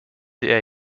der